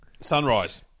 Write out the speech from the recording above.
Sunrise